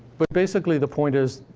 but basically, the point is,